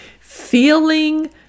feeling